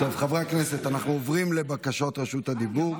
חברי הכנסת, אנחנו עוברים לבקשות הדיבור.